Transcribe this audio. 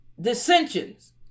dissensions